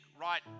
right